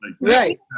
Right